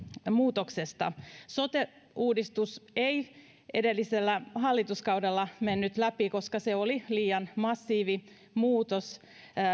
muutoksesta sote uudistus ei edellisellä hallituskaudella mennyt läpi koska se oli liian massiivinen muutos